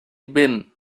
bin